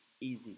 easy